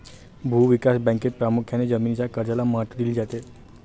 भूविकास बँकेत प्रामुख्याने जमीनीच्या कर्जाला महत्त्व दिले जाते